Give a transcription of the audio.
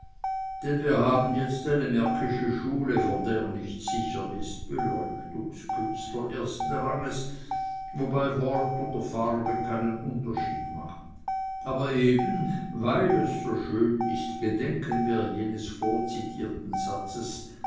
denn wir haben jetzt eine märkische schule vor der nichts sicher ist beleuchtungskünstler ersten ranges wobei wort oder farbe keinen unterschied macht aber eben weil es so schön ist gedenken wir jenes vorzitierten satzes